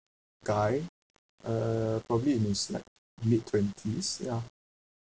guy uh probably in his like mid twenties ya